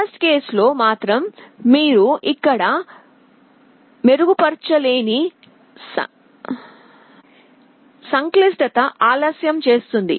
హీన ఘటనలో లో మాత్రం మీరు ఇక్కడ మెరుగుపరచలేని సంక్లిష్టత ఆలస్యం చేస్తుంది